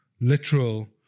literal